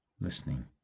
listening